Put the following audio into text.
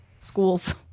schools